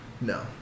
No